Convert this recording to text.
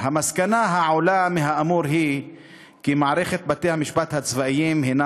"המסקנה העולה מהאמור היא כי מערכת בתי-המשפט הצבאיים הנה